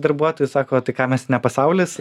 darbuotojų sako o tai ką mes ne pasaulis